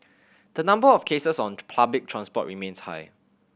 the number of cases on public transport remains high